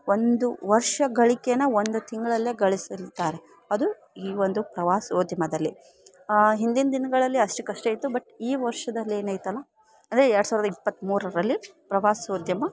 ಒಂದು ವರ್ಷ ಗಳಿಕೆನ ಒಂದು ತಿಂಗಳಲ್ಲೇ ಗಳಿಸಿರ್ತಾರೆ ಅದು ಈ ಒಂದು ಪ್ರವಾಸೋದ್ಯಮದಲ್ಲಿ ಹಿಂದಿನ ದಿನಗಳಲ್ಲಿ ಅಷ್ಟಕ್ಕೆ ಅಷ್ಟೆ ಇತ್ತು ಬಟ್ ಈ ವರ್ಷದಲ್ಲಿ ಏನೈತಲ್ಲ ಅಂದರೆ ಎರಡು ಸಾವಿರದ ಇಪ್ಪತ್ತ ಮೂರರಲ್ಲಿ ಪ್ರವಾಸೋದ್ಯಮ